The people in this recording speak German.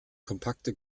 kompakte